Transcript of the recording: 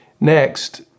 Next